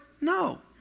No